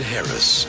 Harris